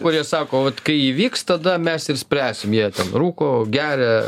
kurie sako vat kai įvyks tada mes ir spręs jie ten rūko geria